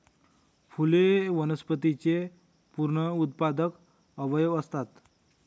फुले वनस्पतींचे पुनरुत्पादक अवयव असतात